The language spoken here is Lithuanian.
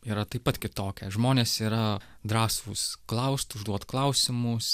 yra taip pat kitokia žmonės yra drąsūs klaust užduot klausimus